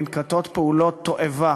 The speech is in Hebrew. ננקטות פעולות תועבה